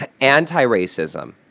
Anti-racism